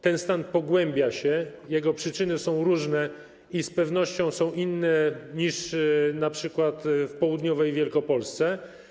Ten stan pogłębia się, a jego przyczyny są różne i z pewnością inne niż np. w południowej Wielkopolsce.